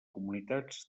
comunitats